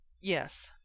Yes